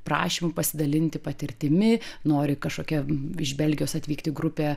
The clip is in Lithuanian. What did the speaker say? prašymų pasidalinti patirtimi nori kažkokia iš belgijos atvykti grupė